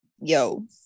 yo